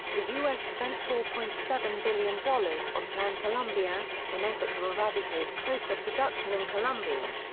the u s. spent four point seven billion dollars on plan colombia, an effort to eradicate coca production in colombia.